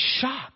shocked